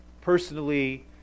personally